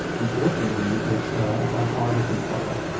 unfortunately, it's a bipartisan folly